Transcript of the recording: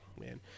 man